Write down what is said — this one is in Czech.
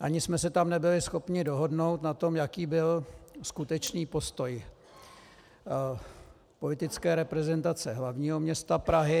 Ani jsme se tam nebyli schopni dohodnout na tom, jaký byl skutečný postoj politické reprezentace hlavního města Prahy.